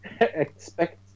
expect